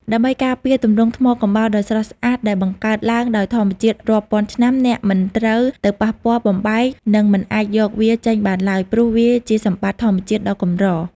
ដើម្បីការពារទម្រង់ថ្មកំបោរដ៏ស្រស់ស្អាតដែលបង្កើតឡើងដោយធម្មជាតិរាប់ពាន់ឆ្នាំ អ្នកមិនត្រូវទៅប៉ះពាល់ បំបែក និងមិនអាចយកវាចេញបានឡើយ ព្រោះវាជាសម្បត្តិធម្មជាតិដ៏កម្រ។